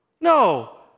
No